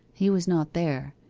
he was not there.